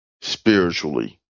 spiritually